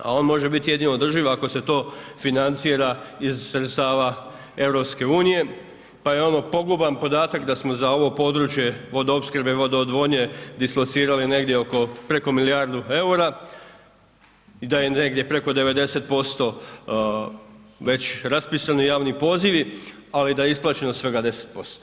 A on može biti jedino održiv, ako se to financira iz sredstava EU pa je ono poguban podatak da smo za ovo područje vodoopskrbe i vodoodvodnje dislocirali negdje oko preko milijardu EUR-a i da je negdje preko 90% već raspisani javni pozivi, ali da je isplaćeno svega 10%